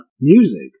music